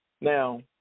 Now